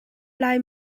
lai